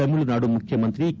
ತಮಿಳುನಾಡು ಮುಖ್ಲಮಂತ್ರಿ ಕೆ